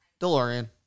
DeLorean